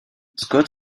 scott